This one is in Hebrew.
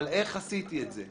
אבל איך עשיתי את זה?